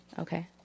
Okay